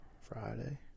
Friday